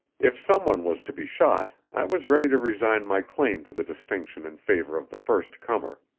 if some one was to be shot, i was ready to resign my claim to the distinction in favor of the first comer.